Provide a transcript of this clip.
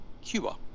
Cuba